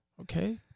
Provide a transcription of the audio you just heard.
okay